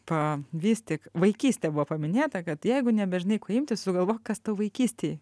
pavystyk vaikystė buvo paminėta kad jeigu nebežinai ko imtis sugalvok kas tau vaikystėj